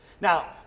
Now